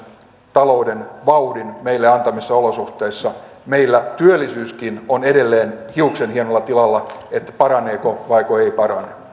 talouden vauhdin meille antamissa olosuhteissa meillä työllisyyskin on edelleen hiuksenhienossa tilassa sen suhteen paraneeko vai eikö parane